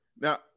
Now